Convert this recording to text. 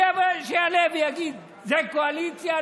שיעלה ויגיד: זה קואליציה.